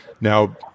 Now